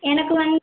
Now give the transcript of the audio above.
எனக்கு வந்து